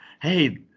hey